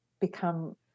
become